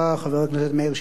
חבר הכנסת מאיר שטרית,